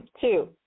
Two